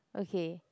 okay